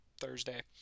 Thursday